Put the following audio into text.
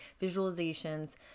visualizations